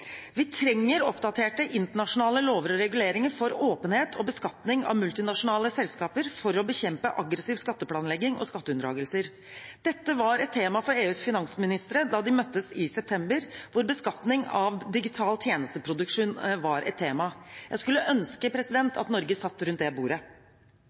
Vi trenger oppdaterte internasjonale lover og reguleringer for åpenhet og beskatning av multinasjonale selskaper for å bekjempe aggressiv skatteplanlegging og skatteunndragelser. Dette var et tema for EUs finansministre da de møttes i september og beskatning av digital tjenesteproduksjon var et tema. Jeg skulle ønske